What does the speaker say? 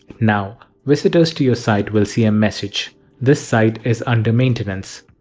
now visitors to your site will see a message this site is under maintenance.